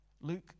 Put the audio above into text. Luke